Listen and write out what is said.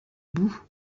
boue